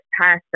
past